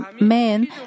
men